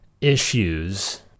issues